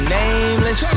nameless